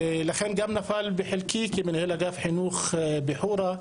לכן גם נפל כחלקי כמנהל אגף חינוך בחורה,